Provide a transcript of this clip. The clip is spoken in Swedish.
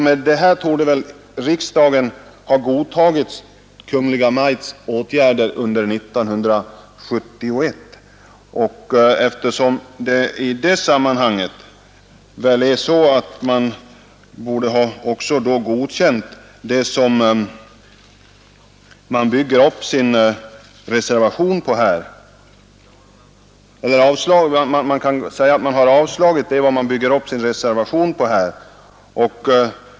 Med detta torde riksdagen ha godtagit Kungl. Maj:ts åtgärder under 1971 och därmed också underkänt det resonemang som dagens reservation bygger på.